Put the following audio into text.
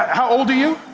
how old are you?